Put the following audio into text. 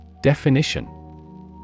Definition